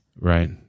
right